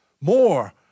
More